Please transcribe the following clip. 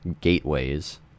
gateways